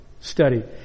study